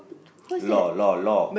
law law law